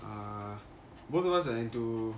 uh both of us are into